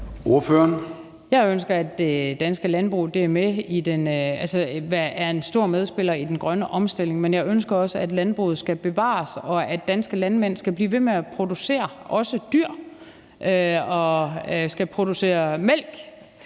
Jeg ønsker, at det danske landbrug er en stor medspiller i den grønne omstilling, men jeg ønsker også, at landbruget skal bevares, og at danske landmænd skal blive ved med at producere også dyr og skal producere mælk.